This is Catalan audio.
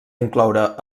incloure